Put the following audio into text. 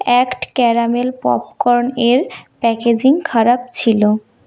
act caramel popcorn এর packaging খারাপ ছিল